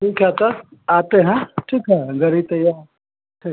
ठीक है सर आते हैं ठीक है घर ही रहिए ठीक